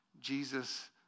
Jesus